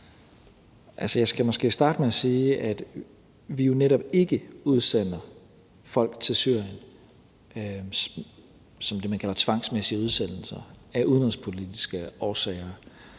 Jeg skal måske starte med at sige, at vi jo netop ikke udsender folk til Syrien som det, man kalder for tvangsmæssige udsendelser, af udenrigspolitiske årsager.